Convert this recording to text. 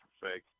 fake